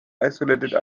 isolated